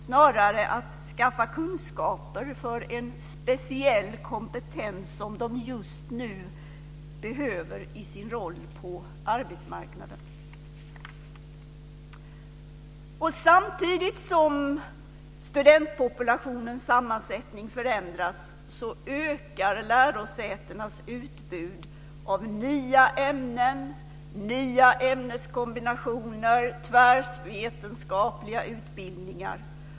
Snarare vill de skaffa kunskaper för en speciell kompetens som de just nu behöver i sin roll på arbetsmarknaden. Samtidigt som studentpopulationens sammansättning förändras ökar lärosätenas utbud av nya ämnen, nya ämneskombinationer och tvärvetenskapliga utbildningar.